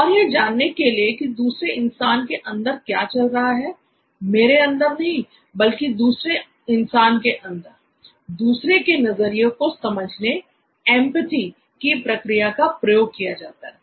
और यह जानने के लिए कि दूसरे इंसान के अंदर क्या चल रहा है मेरे अंदर नहीं बल्कि दूसरे इंसान के अंदर दूसरे के नजरिए को समझने की प्रक्रिया का प्रयोग किया जाता है